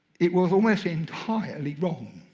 it was almost entirely wrong.